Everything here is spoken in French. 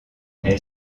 elle